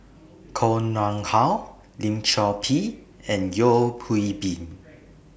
Koh Nguang How Lim Chor Pee and Yeo Hwee Bin